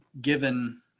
given